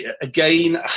Again